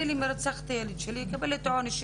ונשים מסתובבות עם מועקה דיי